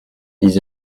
ils